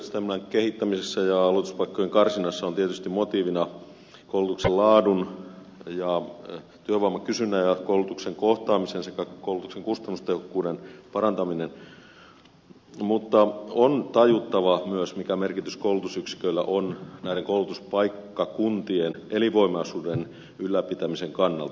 koulutusjärjestelmän kehittämisessä ja aloituspaikkojen karsinnassa on tietysti motiivina koulutuksen laadun ja työvoiman kysynnän ja koulutuksen kohtaamisen sekä koulutuksen kustannustehokkuuden parantaminen mutta on tajuttava myös mikä merkitys koulutusyksiköillä on näiden koulutuspaikkakuntien elinvoimaisuuden ylläpitämisen kannalta